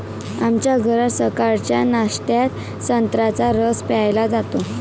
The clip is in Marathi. आमच्या घरात सकाळच्या नाश्त्यात संत्र्याचा रस प्यायला जातो